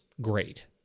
great